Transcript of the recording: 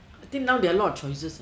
I think now there are a lot of choices